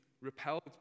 repelled